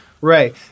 Right